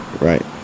Right